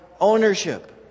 ownership